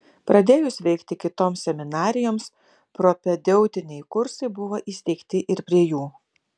pradėjus veikti kitoms seminarijoms propedeutiniai kursai buvo įsteigti ir prie jų